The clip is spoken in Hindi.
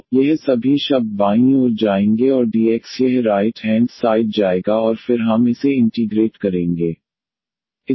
तो यह सभी शब्द बाईं ओर जाएंगे और dx यह डिफरेंशियल राइट हेंड साइड जाएगा और फिर हम इसे इंटीग्रेट करेंगे